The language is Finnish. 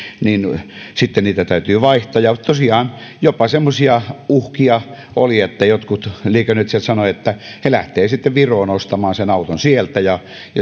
sitten niitä täytyy vaihtaa ja tosiaan jopa semmoisia uhkia oli että jotkut liikennöitsijät sanoivat että he lähtevät sitten viroon ostamaan sen auton ja